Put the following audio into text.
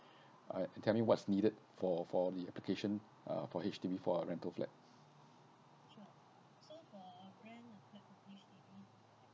I tell me what's needed for for the application uh H_D_B for a rental flat